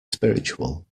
spiritual